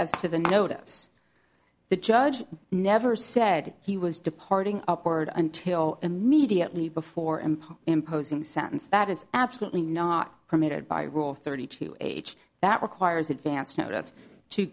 as to the notice the judge never said he was departing upward until immediately before him imposing sentence that is absolutely not permitted by rule thirty two age that requires advanced notice to